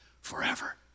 forever